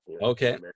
Okay